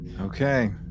Okay